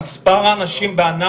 המבחן החדש שהמועצה העליונה